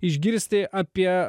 išgirsti apie